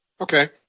Okay